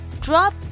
drop